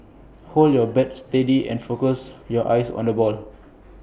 hold your bat steady and focus your eyes on the ball